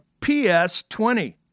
PS20